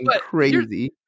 crazy